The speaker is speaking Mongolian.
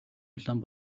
улаан